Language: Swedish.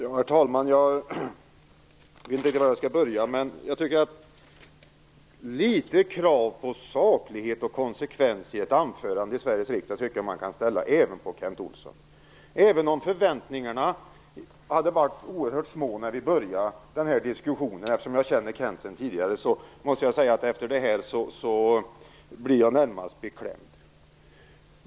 Herr talman! Jag vet inte riktigt var jag skall börja. Jag tycker att man kan ställa litet krav på saklighet och konsekvens i ett anförande i Sveriges riksdag även på Kent Olsson. Även om förväntningarna var oerhört små när vi började den här diskussionen, eftersom jag känner Kent Olsson sedan tidigare, måste jag säga att efter det här blir jag närmast beklämd.